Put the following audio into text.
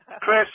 Chris